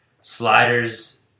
sliders